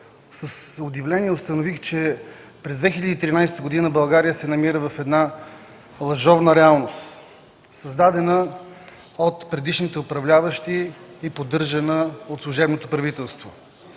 с удивление установих, че през 2013 г. България се намира в една лъжовна реалност, създадена от предишните управляващи и поддържана от служебното правителство.